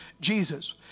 Jesus